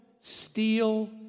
steal